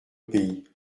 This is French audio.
pays